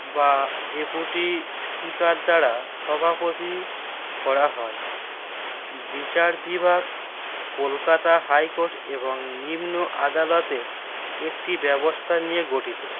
বা deputy speaker দ্বারা সভাপতি করা হয় বিচার বিভাগ কলকাতা হাই কোর্ট এবং নিম্ন আদালতের একটি ব্যবস্থা নিয়ে গঠিত